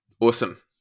awesome